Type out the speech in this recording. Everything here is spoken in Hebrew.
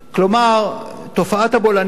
כלומר, תופעת הבולענים,